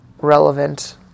relevant